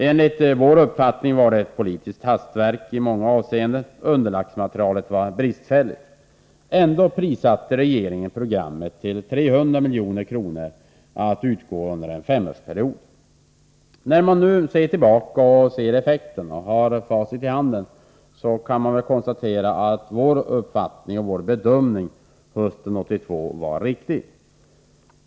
Enligt vår uppfattning var den i många avseenden ett hastverk tillkommet på politiska grunder. Underlagsmaterialet var bristfälligt. Ändå anslog regeringen 300 milj.kr. till programmet, vilka skulle utbetalas under en femårsperiod. När man nu med facit i handen ser tillbaka på effekterna kan man konstatera att vår bedömning hösten 1982 var riktig.